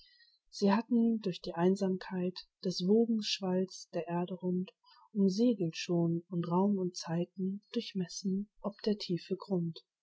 sie hatten durch die einsamkeiten des wogenschwalls der erde rund umsegelt schon und raum und zeiten durchmessen ob der tiefe grund